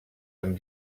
amb